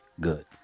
Good